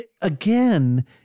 again